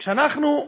כשאנחנו,